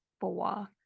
four